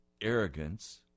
arrogance